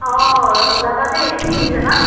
অঁ ওলাবা দেই কি পিন্ধি যাবা